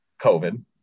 COVID